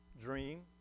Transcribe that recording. dream